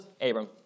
Abram